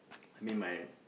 I mean my